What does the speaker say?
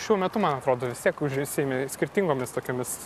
šiuo metu man atrodo vis tiek užsiimi skirtingomis tokiomis